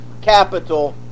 capital